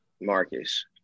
Marcus